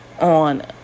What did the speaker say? on